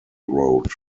road